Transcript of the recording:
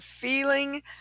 feeling